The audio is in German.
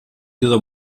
dieser